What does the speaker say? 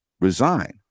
resign